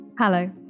Hello